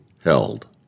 held